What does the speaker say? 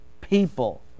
people